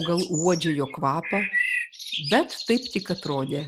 o gal uodžia jo kvapą bet taip tik atrodė